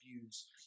views